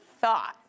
Thought